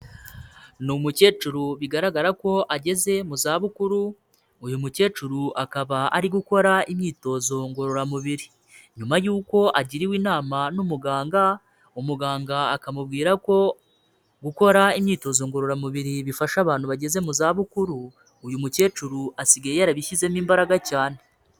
Ni umukecuru bigaragara ko ageze mu za bukuru, uyu mukecuru akaba ari gukora imyitozo ngororamubiri. Nyuma y'uko agirwariwe inama n'umuganga, umuganga akamubwira ko gukora imyitozo ngororamubiri bifasha abantu bageze mu za bukuru, uyu mukecuru asigaye yarabishyizemo imbaraga cyane.